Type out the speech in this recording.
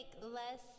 less